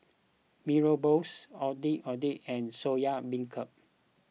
Mee Rebus Ondeh Ondeh and Soya Beancurd